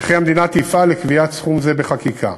וכי המדינה תפעל לקביעת סכום זה בחקיקה.